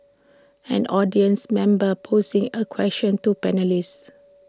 an audience member posing A question to panellists